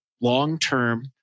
long-term